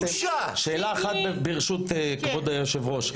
שאלה אחת ברשות כבוד היושב-ראש.